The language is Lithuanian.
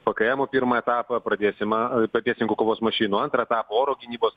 p k emo pirmą etapą pradėsim a patesingų kovos mašinų antrą etapą oro gynybos